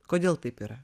kodėl taip yra